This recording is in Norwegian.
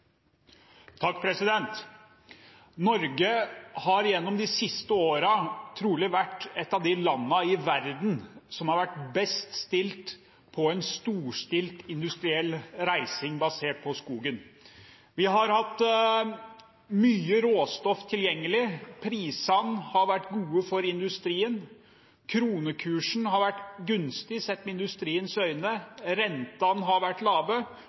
av de landene i verden som har vært best stilt med tanke på en storstilt industriell reising basert på skogen. Vi har hatt mye råstoff tilgjengelig, prisene har vært gode for industrien, kronekursen har vært gunstig sett med industriens øyne, rentene har vært lave,